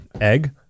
egg